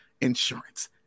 insurance